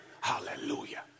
hallelujah